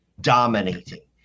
dominating